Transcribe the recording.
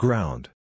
Ground